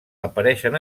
apareixen